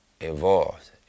involved